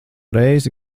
reizi